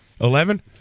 eleven